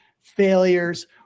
failures